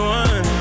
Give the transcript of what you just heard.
one